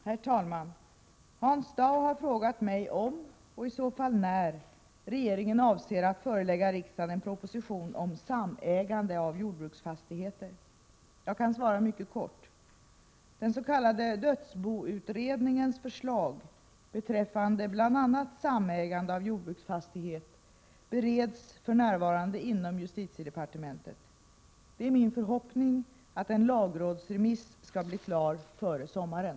Herr talman! Hans Dau har frågat mig om och i så fall när regeringen avser att förelägga riksdagen en proposition om samägande av jordbruksfastigheter. Jag kan svara mycket kort: Den s.k. dödsboutredningens förslag beträffande bl.a. samägande av jordbruksfastigheter bereds för närvarande inom justitiedepartementet. Det är min förhoppning att en lagrådsremiss skall bli klar före sommaren.